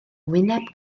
wyneb